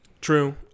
True